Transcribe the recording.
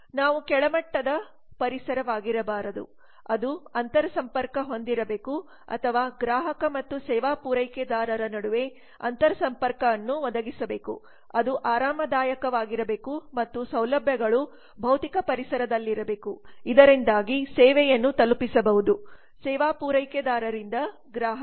ನಾವು ಕೆಳಮಟ್ಟದ ಪರಿಸರವಾಗಿರಬಾರದು ಅದು ಅಂತರಸಂಪರ್ಕ್ ಹೊಂದಿರಬೇಕು ಅಥವಾ ಗ್ರಾಹಕ ಮತ್ತು ಸೇವಾ ಪೂರೈಕೆದಾರರ ನಡುವೆ ಅಂತರಸಂಪರ್ಕ್ ಅನ್ನು ಒದಗಿಸಬೇಕು ಅದು ಆರಾಮದಾಯಕವಾಗಿರಬೇಕು ಮತ್ತು ಸೌಲಭ್ಯಗಳು ಭೌತಿಕ ಪರಿಸರದಲ್ಲಿರಬೇಕು ಇದರಿಂದಾಗಿ ಸೇವೆಯನ್ನು ತಲುಪಿಸಬಹುದು ಸೇವಾ ಪೂರೈಕೆದಾರರಿಂದ ಗ್ರಾಹಕ